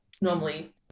normally